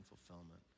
fulfillment